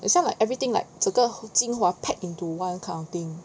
很像 like everything like 这个精华 pack into one a kind of thing